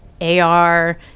AR